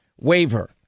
waiver